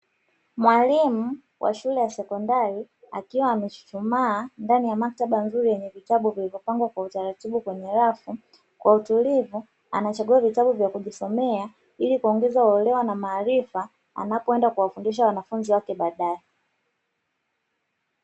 Mwalimu wa shule ya sekondari akiwa amechuchumaa ndani ya maktaba nzuri yenye vitabu vilivyopangwa kwa utaratibu kwenye rafu kwa utulivu, anachagua vitabu vya kujisomea, ili kuongeza uelewa na maarifa anapoenda kuwafundisha wanafunzi wake baadaye.